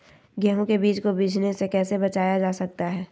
गेंहू के बीज को बिझने से कैसे बचाया जा सकता है?